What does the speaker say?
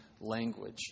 language